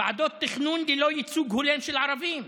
ועדות תכנון ללא ייצוג הולם של ערבים,